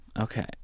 Okay